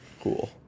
Cool